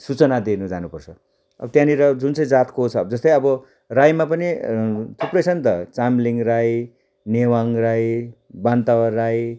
सूचना दिनु जानुपर्छ अब त्यहाँनिर जुन चाहिँ जातको छ जस्तै अब राईमा पनि थुप्रै छ नि त चामलिङ राई नेवाङ राई बान्तावा राई